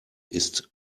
ist